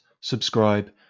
subscribe